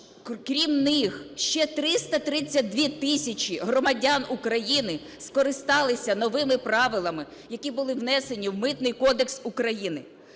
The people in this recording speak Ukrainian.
крім них, ще 332 тисячі громадян України скористалися новими правилами, які були внесені у Митний кодекс України.